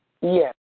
Yes